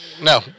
No